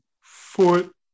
foot